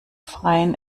freien